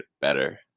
better